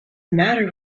matter